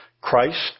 Christ